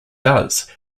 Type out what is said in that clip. does